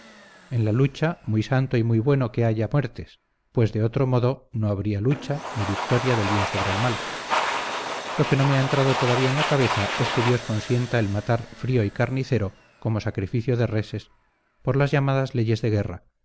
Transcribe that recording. en la lucha muy santo y muy bueno que haya muertes pues de otro modo no habría lucha ni victoria del bien sobre el mal lo que no me ha entrado todavía en la cabeza es que dios consienta el matar frío y carnicero como sacrificio de reses por las llamadas leyes de guerra